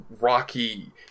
rocky